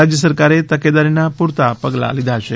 રાજય સરકારે તકેદારીના પૂરતાં પગલાં લીધાં છે